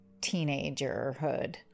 teenagerhood